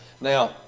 Now